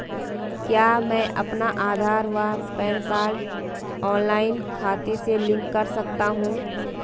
क्या मैं अपना आधार व पैन कार्ड ऑनलाइन खाते से लिंक कर सकता हूँ?